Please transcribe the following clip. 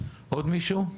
עוד מישהו, שאלות או הערות?